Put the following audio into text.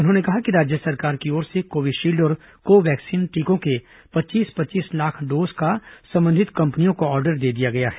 उन्होंने कहा कि राज्य सरकार की ओर से कोविशील्ड और को वैक्सीन टीकों के पच्चीस पच्चीस लाख डोज का संबंधित कंपनियों को ऑर्डर दे दिया गया है